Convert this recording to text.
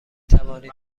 توانید